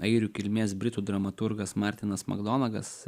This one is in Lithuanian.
airių kilmės britų dramaturgas martinas makdonagas